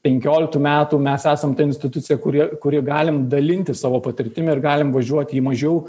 penkioliktų metų mes esam ta institucija kuri kuri galim dalintis savo patirtim ir galim važiuot į mažiau